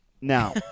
Now